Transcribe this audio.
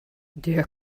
der